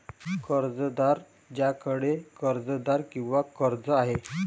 कर्जदार ज्याच्याकडे कर्जदार किंवा कर्ज आहे